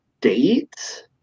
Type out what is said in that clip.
date